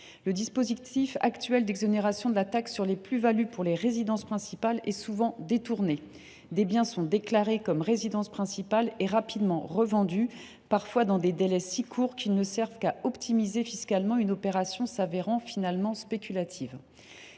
Le dispositif actuel d’exonération de la taxe sur les plus values pour les résidences principales est souvent détourné. Des biens sont déclarés comme résidence principale et rapidement revendus, parfois dans des délais si courts que cette déclaration ne sert manifestement qu’à optimiser fiscalement une opération qui se révèle purement spéculative.